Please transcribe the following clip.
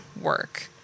work